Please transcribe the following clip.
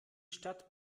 stadt